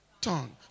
tongue